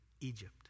Egypt